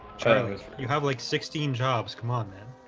charlie you have like sixteen jobs. come on, man.